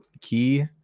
key